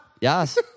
Yes